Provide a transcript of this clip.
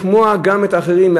לשמוע גם את האחרים,